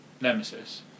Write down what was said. Nemesis